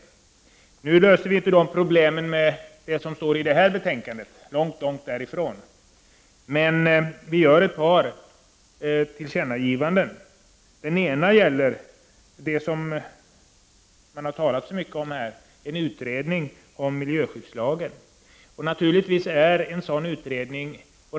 Dessa problem löser vi inte genom det som står i dagens betänkande, långt därifrån. Men vi gör ett par tillkännagivanden. Ett tillkännagivande gäller det som man har talat om så mycket här, en utredning om miljöskyddslagstiftningen.